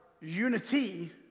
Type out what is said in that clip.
unity